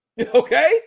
Okay